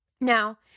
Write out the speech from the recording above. Now